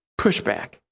pushback